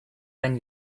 than